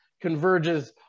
converges